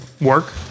work